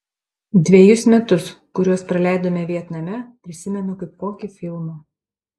dvejus metus kuriuos praleidome vietname prisimenu kaip kokį filmą